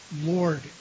Lord